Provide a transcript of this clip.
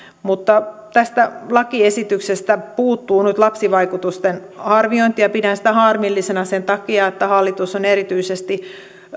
mutta tästä lakiesityksestä puuttuu nyt lapsivaikutusten arviointi ja pidän sitä harmillisena sen takia että hallitus on erityisesti